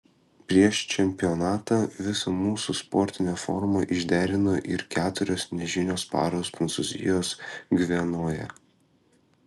prieš čempionatą visą mūsų sportinę formą išderino ir keturios nežinios paros prancūzijos gvianoje